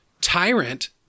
tyrant